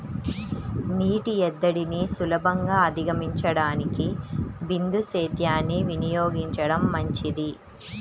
నీటి ఎద్దడిని సులభంగా అధిగమించడానికి బిందు సేద్యాన్ని వినియోగించడం మంచిది